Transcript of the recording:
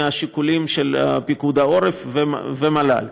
מהשיקולים של פיקוד העורף ומל"ל,